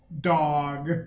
dog